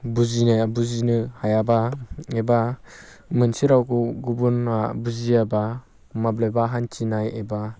बुजिनाया बुजिनो हायाब्ला एबा मोनसे रावखौ गुबुना बुजियाब्ला माब्लाबा हान्थिनाय एबा